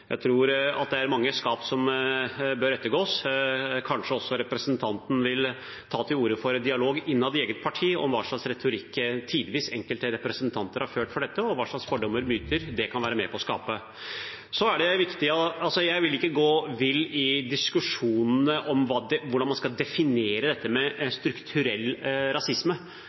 Jeg tror at det er mange skap som bør ettergås. Kanskje også representanten vil ta til orde for en dialog innad i eget parti om hva slags retorikk enkelte representanter tidvis har ført, og hva slags fordommer og myter det kan være med på å skape. Jeg vil ikke gå meg vill i diskusjonene om hvordan man skal definere strukturell rasisme, for det er helt avhengig av hva hver enkelt person legger i begrepet strukturell rasisme,